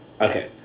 Okay